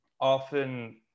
Often